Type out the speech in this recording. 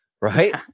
right